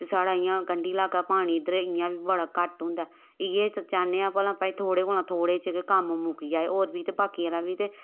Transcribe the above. ते साढ़ा इ'यां कंडी लाका पानी इद्धर इ'यां बी बड़ा घट्ट होंदा इ'यै चाह्न्ने आं भलां भाई थोह्ड़े कोला थोह्ड़े च गै कम्म मुक्की जाए होर बी ते बाकी आह्ला बी ते